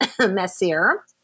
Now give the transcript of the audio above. messier